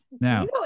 Now